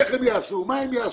איך הם יעשו, מה הם יעשו,